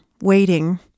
waiting